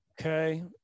okay